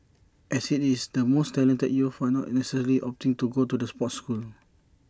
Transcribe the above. as IT is the most talented youth are not necessarily opting to go to the sports school